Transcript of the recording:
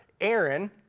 Aaron